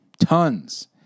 tons